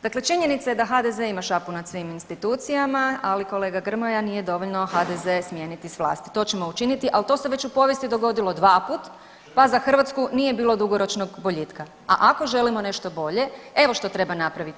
Dakle činjenica je da HDZ ima šapu nad svim institucijama, ali kolega Grmoja nije dovoljno HDZ smijeniti s vlasti, to ćemo učiniti, al to se već u povijesti dogodilo dvaput, pa za Hrvatsku nije bilo dugoročnog boljitka, a ako želimo nešto bolje evo što treba napraviti.